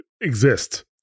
exist